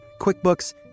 QuickBooks